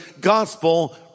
gospel